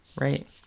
right